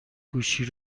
گوشی